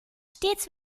stets